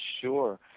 Sure